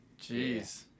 Jeez